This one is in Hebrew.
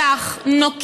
ברי הכנסת,